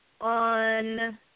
on